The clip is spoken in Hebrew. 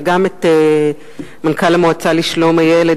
וגם את מנכ"ל המועצה לשלום הילד,